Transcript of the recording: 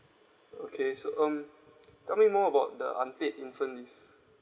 okay so um tell me more about the unpaid infant leave